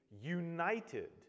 united